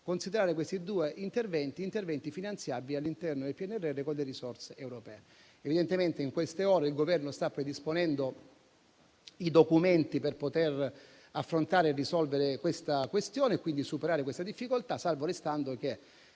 considerare questi due interventi finanziabili all'interno del PNRR con risorse europee. In queste ore il Governo sta predisponendo i documenti per affrontare e risolvere la questione e quindi superare questa difficoltà, salvo restando che